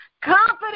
confident